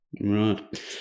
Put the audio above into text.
Right